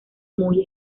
muy